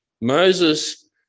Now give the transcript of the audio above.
Moses